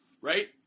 Right